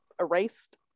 erased